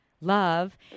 love